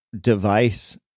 device